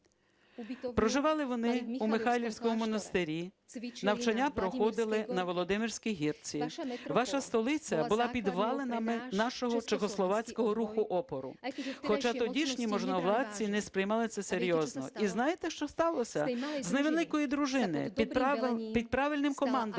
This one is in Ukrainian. Проживали вони у Михайлівському монастирі, навчання проходили на Володимирській гірці. Ваша столиця була підвалинами нашого чехословацького руху опору, хоча тодішні можновладці не сприймали це серйозно. І знаєте, що сталося? З невеликої дружини під правильним командуванням